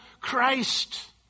Christ